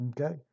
okay